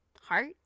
heart